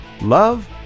love